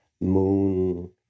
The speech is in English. moon